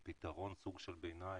כפתרון ביניים,